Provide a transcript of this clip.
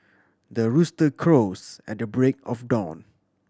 the rooster crows at the break of dawn